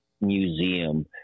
museum